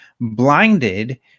blinded